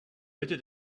mitte